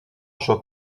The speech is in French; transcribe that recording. choc